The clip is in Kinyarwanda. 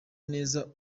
neza